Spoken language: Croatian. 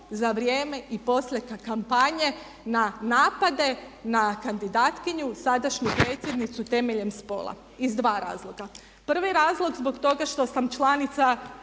za vrijeme i poslije kampanje na napade na kandidatkinju sadašnju predsjednicu temeljem spola? Iz dva razloga. Prvi razlog zbog toga što sam članica